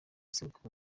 seburikoko